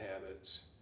habits